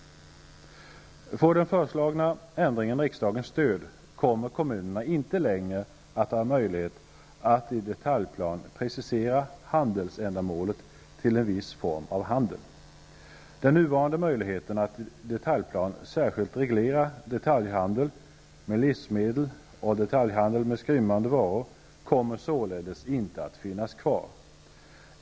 Om den föreslagna ändringen får riksdagens stöd, kommer kommunerna inte längre att ha möjlighet att i detaljplan precisera handelsändamålet till en viss form av handel. Den nuvarande möjligheten att i detaljplan särskilt reglera detaljhandel med livsmedel och detaljhandel med skrymmande varor kommer således inte att finnas kvar.